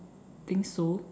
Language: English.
think so